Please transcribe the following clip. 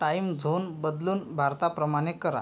time zone बदलून भारताप्रमाणे करा